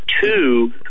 two